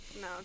No